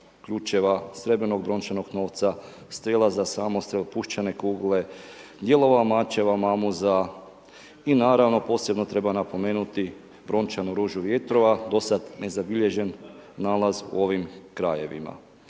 ključeva, srebrnog i brončanog novca, strijela za samostrel, puščane kugle, dijelova mačeva, mamuza i naravno, posebno treba napomenuti brončanu ružu vjetrova do sad nezabilježen nalaz u ovim krajevima.